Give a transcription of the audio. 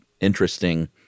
interesting